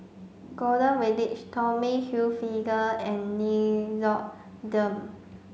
Golden Village Tommy Hilfiger and Nixoderm